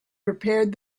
prepared